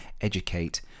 educate